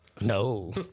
No